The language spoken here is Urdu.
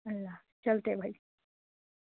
اللہ حافظ چلتے ہیں بھائی